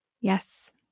Yes